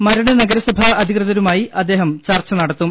മരട് നഗരസഭാ അധികൃതരുമായി അദ്ദേഹം ചർച്ച നടത്തും